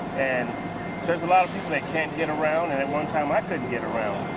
and there's a lot of people that can't get around, and at one time, i couldn't get around.